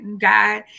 God